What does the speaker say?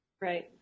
Right